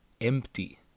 empty